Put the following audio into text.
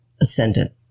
ascendant